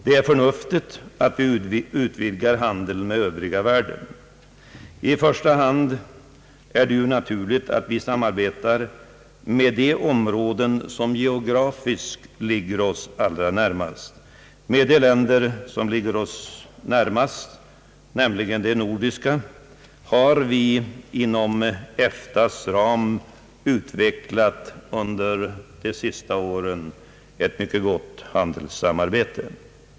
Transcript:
Det är förnuftigt att vi utvidgar handeln med övriga världen, I första hand är det ju naturligt att vi samarbetar med de områden, som geografiskt ligger oss allra närmast, dvs. de nordiska länderna, med vilka vi inom EFTA:s ram under de senaste åren har utvecklat ett mycket gott handelssamarbete.